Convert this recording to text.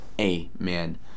amen